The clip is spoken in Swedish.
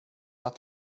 att